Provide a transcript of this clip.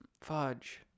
fudge